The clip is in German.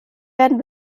werden